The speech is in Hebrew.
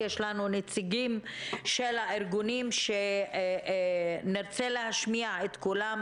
יש לנו נציגים של הארגונים שנרצה לשמוע את קולם.